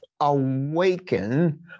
awaken